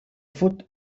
foot